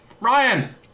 Ryan